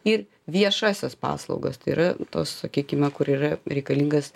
ir viešąsias paslaugas tai yra tos sakykime kur yra reikalingas